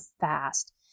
fast